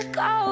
go